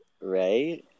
Right